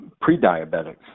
pre-diabetics